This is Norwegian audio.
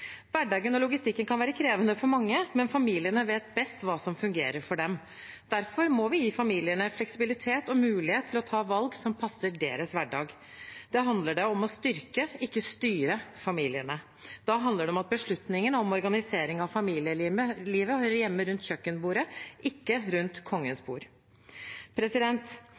Hverdagen og logistikken kan være krevende for mange, men familiene vet best hva som fungerer for dem. Derfor må vi gi familiene fleksibilitet og mulighet til å ta valg som passer deres hverdag. Da handler det om å styrke, ikke styre, familiene. Da handler det om at beslutningene om organisering av familielivet hører hjemme rundt kjøkkenbordet, ikke rundt Kongens bord.